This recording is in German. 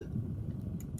nan